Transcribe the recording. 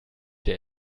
der